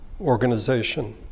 organization